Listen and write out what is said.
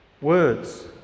words